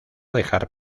dejar